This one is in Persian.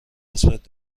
نسبت